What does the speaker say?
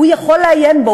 הוא יכול לעיין בו,